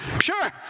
Sure